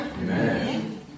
Amen